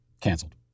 canceled